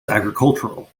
agricultural